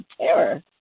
terror